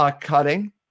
cutting